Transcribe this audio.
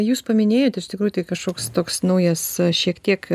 jūs paminėjote iš tikrųjų tai kažkoks toks naujas šiek tiek